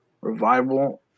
Revival